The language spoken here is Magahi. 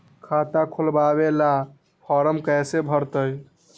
खाता खोलबाबे ला फरम कैसे भरतई?